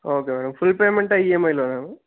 okay madam full పేమెంటా EMI లోనా